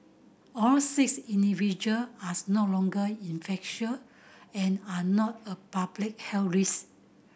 all six individual as no longer infectious and are not a public health risk